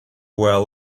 well